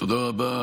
תודה רבה.